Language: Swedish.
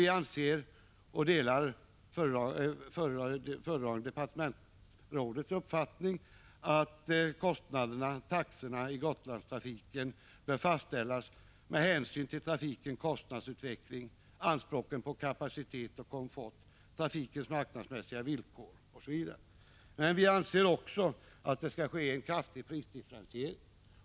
Vi anser, liksom departementschefen, att Gotlandstrafikens taxor bör fastställas med hänsyn till trafikens kostnadsutveckling, anspråken på kapacitet och komfort, trafikens marknadsmässiga villkor, osv. Enligt vår åsikt bör det också bli en kraftig prisdifferentiering.